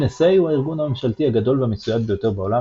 NSA הוא הארגון הממשלתי הגדול והמצויד ביותר בעולם